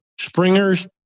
springers